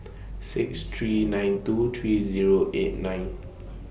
six three nine two three Zero eight nine